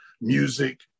music